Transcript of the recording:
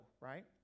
right